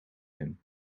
him